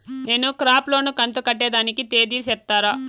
నేను crop loan కంతు కట్టేదానికి తేది సెప్తారా?